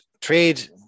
trade